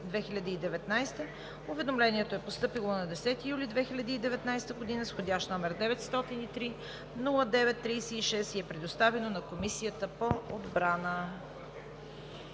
Уведомлението е постъпило на 10 юли 2019 г. с входящ № 903-09-36 и е предоставено на Комисията по отбрана.